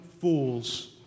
fools